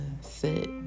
sit